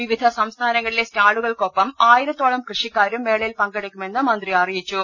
വിവിധ സംസ്ഥാനങ്ങളിലെ സ്റ്റാളുകൾക്കൊപ്പം ആയിരത്തോളം കൃഷിക്കാരും മേളയിൽ പങ്കെടുക്കുമെന്ന് മന്ത്രി അറിയിച്ചു